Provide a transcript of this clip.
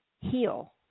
heal